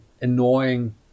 annoying